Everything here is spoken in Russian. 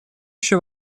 еще